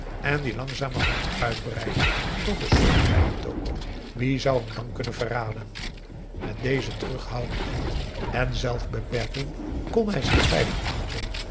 en die langzamerhand uitbreiden tot een soort kleine toko wie zou hem dan kunnen verraden met deze terughoudendheid en zelfbeperking kon hij zich veilig achp